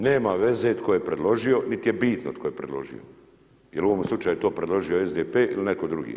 Nema veze tko je predložio niti je bitno tko je predložio jel u ovome slučaju to predložio SDP ili neko drugi.